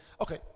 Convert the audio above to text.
Okay